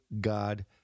god